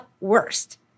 worst